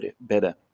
better